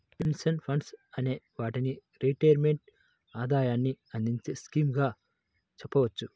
pension funds అనే వాటిని retirement ఆదాయాన్ని అందించే స్కీమ్స్ గా చెప్పవచ్చు